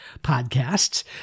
podcasts